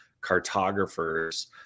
cartographers